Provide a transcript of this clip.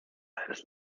halbes